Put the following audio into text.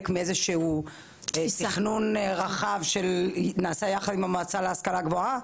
מאיזה תכנון רחב שנעשה יחד עם המועצה להשכלה גבוהה,